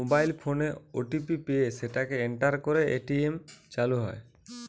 mobile ফোনে OTP পেয়ে সেটাকে এন্টার করে এ.টি.এম চালু হয়